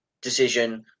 decision